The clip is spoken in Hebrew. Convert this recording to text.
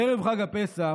בערב חג הפסח